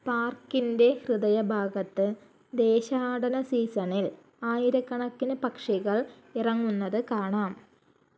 പാർക്കിന്റെ ഹൃദയഭാഗത്ത് ദേശാടന സീസണിൽ ആയിരക്കണക്കിന് പക്ഷികൾ ഇറങ്ങുന്നത് കാണാം